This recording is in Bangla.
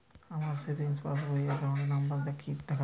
আমার সেভিংস পাসবই র অ্যাকাউন্ট নাম্বার টা দেখাবেন?